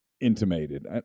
intimated